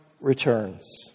returns